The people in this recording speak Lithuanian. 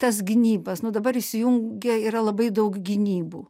tas gynybas nu dabar įsijungia yra labai daug gynybų